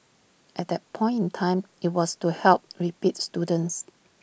at that point in time IT was to help repeat students